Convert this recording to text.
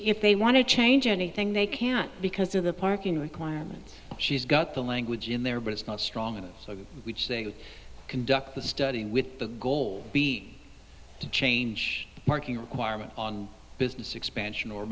if they want to change anything they can because of the parking requirements she's got the language in there but it's not strong enough so i would say to conduct the studying with the goal to change marking requirement on business expansion or